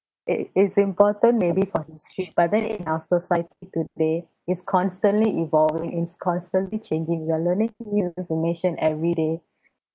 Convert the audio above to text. it is important maybe for history but then in our society today it's constantly evolving it's constantly changing you're learning new information everyday